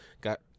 got